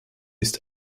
ist